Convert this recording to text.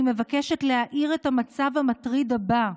אני מבקשת להאיר את המצב המטריד הבא: